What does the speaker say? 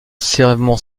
serment